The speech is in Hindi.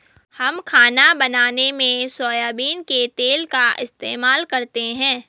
हम खाना बनाने में सोयाबीन के तेल का इस्तेमाल करते हैं